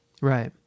right